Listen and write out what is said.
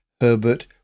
Herbert